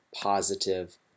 positive